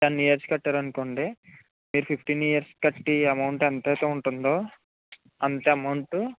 ten years కట్టారనుకోండి మీరు fifteen years కట్టి అమౌంట్ ఎంతైతే ఉంటుందో అంతే అమౌంట్